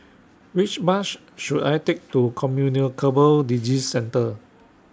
Which Bus should I Take to Communicable Disease Centre